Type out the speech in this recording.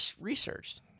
researched